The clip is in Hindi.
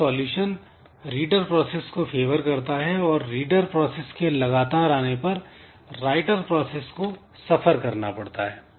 यह सॉल्यूशन रीडर प्रोसेस को फ़ेवर करता है और रीडर प्रोसेस के लगातार आने पर राइटर प्रोसेस को सफर करना पड़ता है